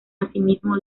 asimismo